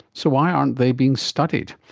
so why aren't they being studied?